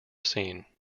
seen